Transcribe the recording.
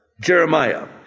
Jeremiah